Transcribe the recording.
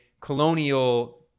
colonial